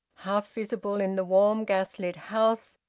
half-visible in the warm gas-lit house,